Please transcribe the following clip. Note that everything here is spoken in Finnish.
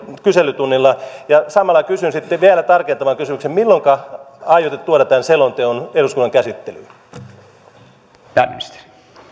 kyselytunnilla ja samalla kysyn sitten vielä tarkentavan kysymyksen milloinka aiotte tuoda tämän selonteon eduskunnan käsittelyyn